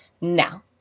Now